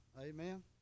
Amen